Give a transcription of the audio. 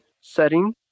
setting